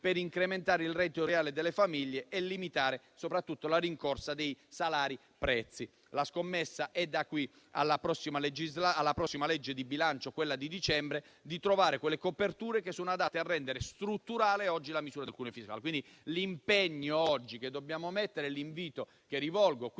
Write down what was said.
per incrementare il reddito reale delle famiglie e limitare soprattutto la rincorsa tra salari e prezzi. La scommessa, da qui alla prossima legge di bilancio di dicembre, è quella di trovare le coperture adatte a rendere strutturale la misura del cuneo